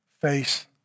face